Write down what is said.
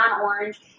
orange